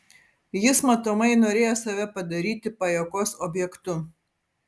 jis matomai norėjo save padaryti pajuokos objektu